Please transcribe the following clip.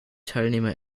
teilnehmer